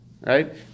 right